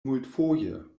multfoje